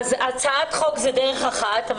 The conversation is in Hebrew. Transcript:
הצעת חוק זו דרך אחת.